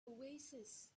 oasis